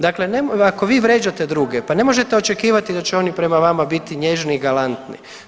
Dakle, ako vi vrijeđate druge pa ne možete očekivati da će oni prema vama biti nježni i galantni.